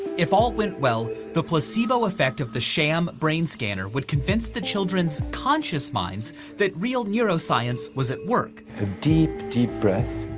if all went well, the placebo effect of the sham brain scanner would convince the children's conscious minds that real neuroscience was at work. a deep, deep breath.